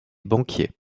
banquier